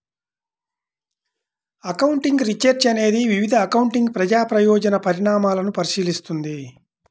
accounting research అనేది వివిధ accounting ప్రజా ప్రయోజన పరిణామాలను పరిశీలిస్తుంది